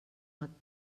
what